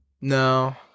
no